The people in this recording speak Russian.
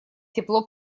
тепло